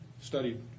studied